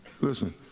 Listen